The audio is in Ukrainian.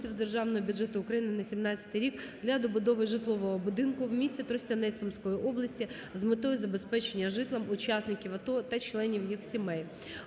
Державного бюджету України на 2017 рік для добудови житлового будинку в місті Тростянець Сумської області з метою забезпечення житлом учасників АТО та членів їх сімей.